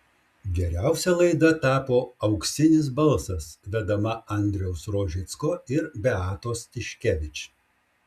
geriausia laida tapo auksinis balsas vedama andriaus rožicko ir beatos tiškevič